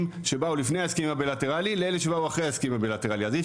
שבאו לפני ההסכמים הבילטרליים לאלו שבאו אחרי אז אי